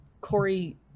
Corey